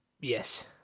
Yes